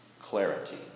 Clarity